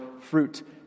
fruit